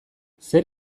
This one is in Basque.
zer